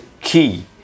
key